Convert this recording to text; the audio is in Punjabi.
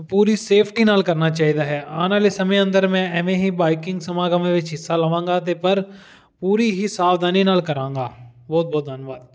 ਪੂਰੀ ਸੇਫਟੀ ਨਾਲ ਕਰਨਾ ਚਾਹੀਦਾ ਹੈ ਆਉਣ ਵਾਲੇ ਸਮੇਂ ਅੰਦਰ ਮੈਂ ਐਵੇਂ ਹੀ ਬਾਈਕਿੰਗ ਸਮਾਗਮ ਵਿੱਚ ਹਿੱਸਾ ਲਵਾਂਗਾ ਅਤੇ ਪਰ ਪੂਰੀ ਹੀ ਸਾਵਧਾਨੀ ਨਾਲ ਕਰਾਂਗਾ ਬਹੁਤ ਬਹੁਤ ਧੰਨਵਾਦ